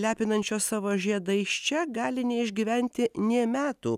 lepinančios savo žiedais čia gali neišgyventi nė metų